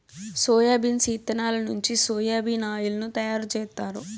soybeans ఇత్తనాల నుంచి soya bean oil ను తయారు జేత్తారు